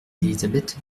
élisabeth